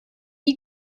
die